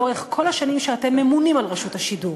לאורך כל השנים שאתם ממונים על רשות השידור.